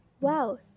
Wow